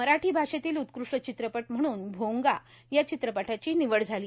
मराठी भाषेतील उत्कृष्ट चित्रपट म्हणून भोंगा या चित्रपटाची निवड करण्यात आली